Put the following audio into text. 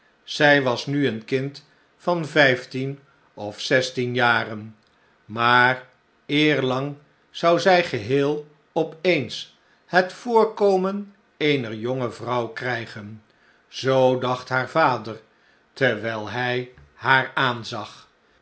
zij was nu een kind van vijftien of zestien jaren maar eerlang zou zij geheel op eens het voorkomen eener jonge vrouw krijgen zoo dacht haar vader terwijl hij haar aanzag